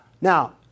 Now